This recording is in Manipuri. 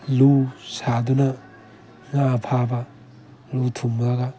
ꯂꯨ ꯁꯥꯗꯨꯅ ꯉꯥ ꯐꯥꯕ ꯂꯨ ꯊꯨꯝꯃꯒ